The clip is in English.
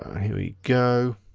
ah here we go.